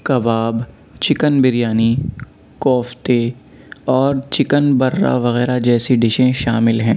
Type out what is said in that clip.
کباب chicken biryani کوفتے اور chicken برّا وغیرہ جیسی ڈشیں شامل ہیں